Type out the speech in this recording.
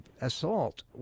assault